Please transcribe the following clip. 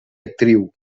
actriu